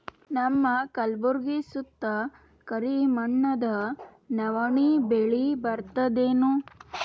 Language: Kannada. ನಮ್ಮ ಕಲ್ಬುರ್ಗಿ ಸುತ್ತ ಕರಿ ಮಣ್ಣದ ನವಣಿ ಬೇಳಿ ಬರ್ತದೇನು?